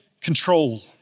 control